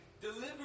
deliver